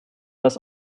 das